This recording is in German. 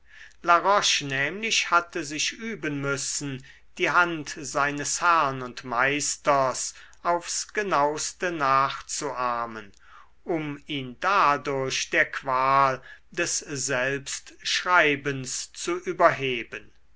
roche nämlich hatte sich üben müssen die hand seines herrn und meisters aufs genauste nachzuahmen um ihn dadurch der qual des selbstschreibens zu überheben